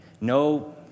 no